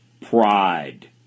pride